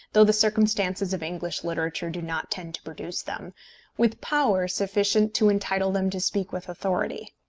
though the circumstances of english literature do not tend to produce them with power sufficient to entitle them to speak with authority.